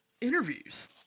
interviews